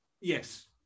Yes